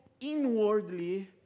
inwardly